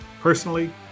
personally